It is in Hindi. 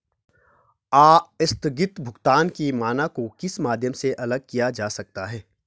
आस्थगित भुगतान के मानक को किस माध्यम से अलग किया जा सकता है?